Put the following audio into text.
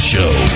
Show